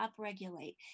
upregulate